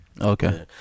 Okay